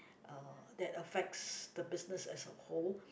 uh that affects the business as a whole